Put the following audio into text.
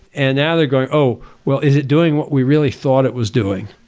and now they are going, oh well is it doing what we really thought it was doing?